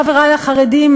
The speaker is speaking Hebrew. חברי החרדים,